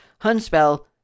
Hunspell